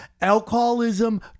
alcoholism